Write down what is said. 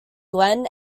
glenn